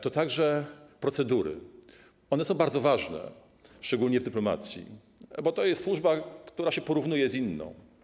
To także procedury, które są bardzo ważne szczególnie w dyplomacji, ponieważ to jest służba, którą się porównuje z inną.